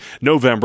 November